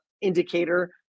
indicator